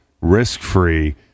risk-free